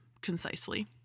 concisely